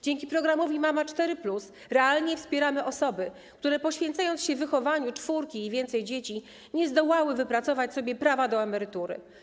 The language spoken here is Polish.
Dzięki programowi ˝Mama 4+˝ realnie wspieramy osoby, które poświęcając się wychowaniu czwórki i więcej dzieci, nie zdołały wypracować sobie prawa do emerytury.